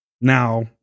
Now